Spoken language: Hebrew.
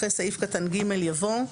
אחרי סעיף קטן (ג) יבוא-